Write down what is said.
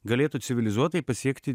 galėtų civilizuotai pasiekti